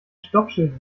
stoppschild